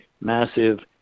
massive